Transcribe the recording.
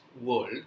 world